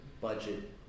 budget